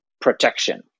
protection